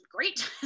great